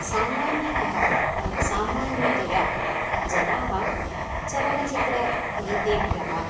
सामान्यतः सामान्यतया जनाः चलनचित्र गीतेभ्यः